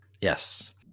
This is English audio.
Yes